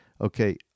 okay